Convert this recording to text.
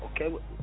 Okay